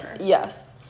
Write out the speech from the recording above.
Yes